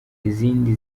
izindi